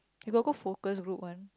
you got go focus group one